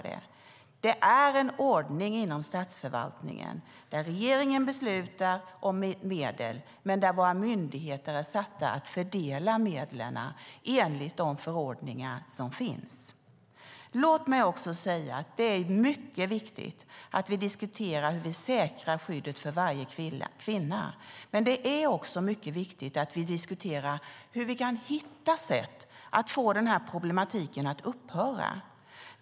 Det är en ordning inom statsförvaltningen där regeringen beslutar om medel men våra myndigheter är satta att fördela medlen enligt de förordningar som finns. Låt mig säga att det är mycket viktigt att vi diskuterar hur vi säkrar skyddet för varje kvinna. Men det är också mycket viktigt att vi diskuterar hur vi kan hitta sätt att få problematiken att upphöra.